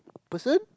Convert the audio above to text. person